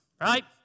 right